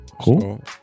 Cool